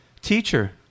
Teacher